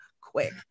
quick